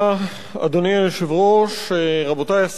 אדוני היושב-ראש, רבותי השרים,